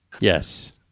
Yes